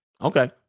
Okay